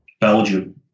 Belgium